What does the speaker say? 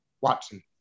Watson